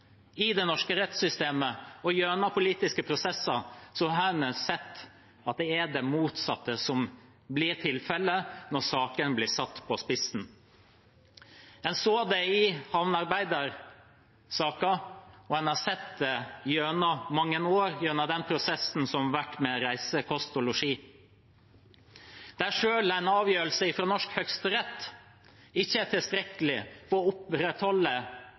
i det norske rettssystemet og gjennom politiske prosesser – har en sett at det er det motsatte som blir tilfellet når sakene blir satt på spissen. En så det i havnearbeidersaken, og en har sett det gjennom mange år i den prosessen som har vært om reise, kost og losji, der selv en avgjørelse fra norsk høyesterett ikke er tilstrekkelig for å opprettholde